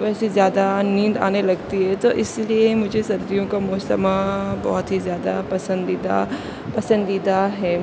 ویسے زیادہ نیند آنے لگتی ہے تو اس لیے مجھے سردیوں کا موسم بہت ہی زیادہ پسندیدہ پسندیدہ ہے